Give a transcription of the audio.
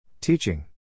Teaching